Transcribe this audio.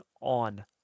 on